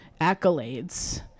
accolades